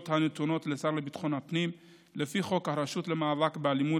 הנתונות לשר לביטחון הפנים לפי חוק הרשות למאבק באלימות,